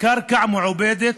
הקרקע המעובדת